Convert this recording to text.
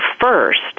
first